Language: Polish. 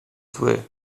zły